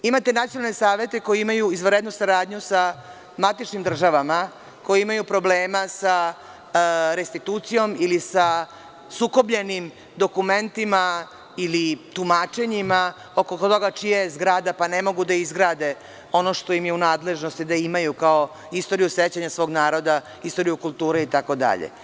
Imate i nacionalne savete koji imaju izvanrednu saradnju sa matičnim državama koje imaju problema sa restitucijom ili sa sukobljenim dokumentima ili tumačenjima oko toga čija je zgrada, pa ne mogu da izgrade ono što im je u nadležnosti da imaju kao istoriju sećanja svog naroda, istoriju kulture itd.